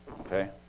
Okay